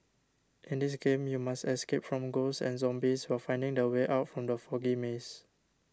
in this game you must escape from ghosts and zombies while finding the way out from the foggy maze